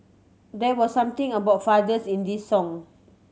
there was something about fathers in this song